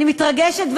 אני מתרגשת,